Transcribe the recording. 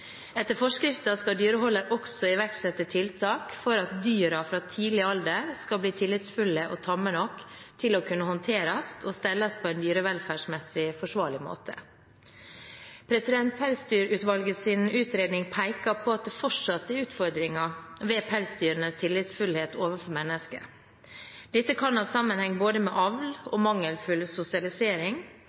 Etter forskriften skal dyreholder også iverksette tiltak for at dyrene fra tidlig alder skal bli tillitsfulle og tamme nok til å kunne håndteres og stelles på en dyrevelferdsmessig forsvarlig måte. Pelsdyrutvalgets utredning peker på at det fortsatt er utfordringer ved pelsdyrenes tillitsfullhet overfor mennesker. Dette kan ha sammenheng både med avl og mangelfull sosialisering,